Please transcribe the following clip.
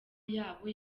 yabo